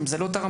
האם זה לא תרם?